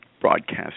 broadcast